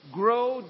grow